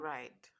Right